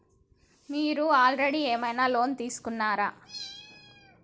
మీరు ఆల్రెడీ ఏమైనా లోన్ తీసుకున్నారా?